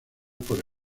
por